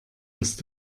hast